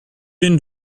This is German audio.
den